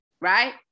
right